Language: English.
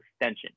extension